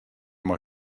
mei